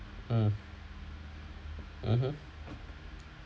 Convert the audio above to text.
mm mmhmm